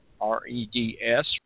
R-E-D-S